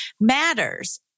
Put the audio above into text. matters